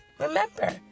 remember